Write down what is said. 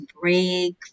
break